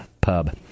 pub